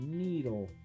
needle